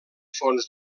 fons